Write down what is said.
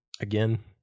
Again